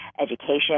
education